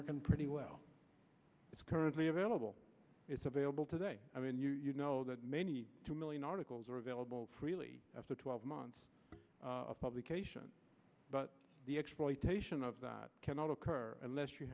working pretty well it's currently available it's available today i mean you know that many two million articles are available freely after twelve months of publication but the exploitation of that cannot occur unless you